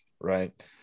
right